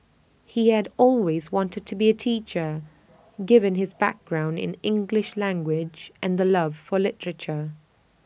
he had always wanted to be A teacher given his background in English language and love for literature